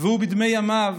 והוא בדמי ימיו,